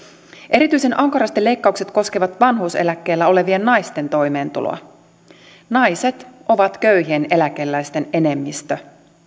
erityisen ankarasti leikkaukset koskevat vanhuuseläkkeellä olevien naisten toimeentuloa naiset ovat köyhien eläkeläisten enemmistö